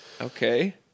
Okay